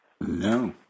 No